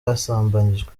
yasambanyijwe